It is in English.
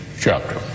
chapter